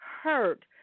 hurt